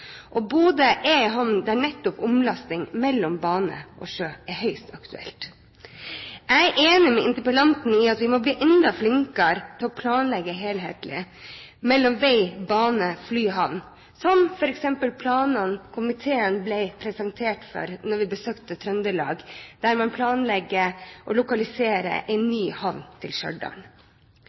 Og Bodø har en havn der nettopp omlasting mellom bane og sjø er høyst aktuelt. Jeg er enig med interpellanten i at vi må bli enda flinkere til å planlegge helhetlig mellom vei, bane, fly og havn, som f.eks. planene komiteen ble presentert for da vi besøkte Trøndelag, der man planlegger å lokalisere en ny havn